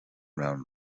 round